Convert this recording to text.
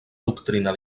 doctrina